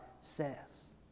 says